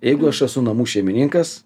jeigu aš esu namų šeimininkas